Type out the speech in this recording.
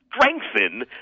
strengthen